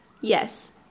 Yes